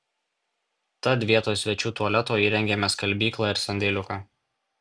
tad vietoj svečių tualeto įrengėme skalbyklą ir sandėliuką